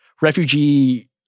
refugee